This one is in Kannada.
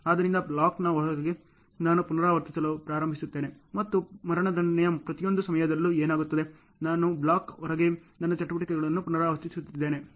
ಆದ್ದರಿಂದ ಬ್ಲಾಕ್ನ ಹೊರಗೆ ನಾನು ಪುನರಾವರ್ತಿಸಲು ಪ್ರಾರಂಭಿಸುತ್ತೇನೆ ಮತ್ತು ಕಾರ್ಯಗತಗೊಳಿಸುವುದು ಪ್ರತಿಯೊಂದು ಸಮಯದಲ್ಲೂ ಏನಾಗುತ್ತದೆ ನಾನು ಬ್ಲಾಕ್ನ ಹೊರಗೆ ನನ್ನ ಚಟುವಟಿಕೆಗಳನ್ನು ಪುನರಾವರ್ತಿಸುತ್ತಿದ್ದೇನೆ